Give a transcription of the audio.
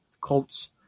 Colts